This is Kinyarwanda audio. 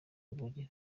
urugi